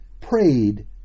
prayed